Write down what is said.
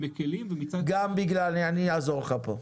מקלים ומצד שני --- אני אעזור לך פה.